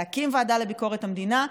להקים ועדה לביקורת המדינה,